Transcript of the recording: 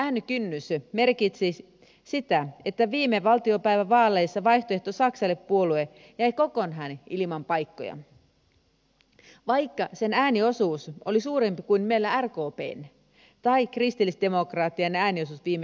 esimerkiksi saksassa äänikynnys merkitsi sitä että viime valtiopäivävaaleissa vaihtoehto saksalle puolue jäi kokonaan ilman paikkoja vaikka sen ääniosuus oli suurempi kuin meillä rkpn tai kristillisdemokraattien ääniosuus viime eduskuntavaaleissa